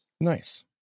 Nice